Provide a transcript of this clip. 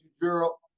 girl